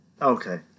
Okay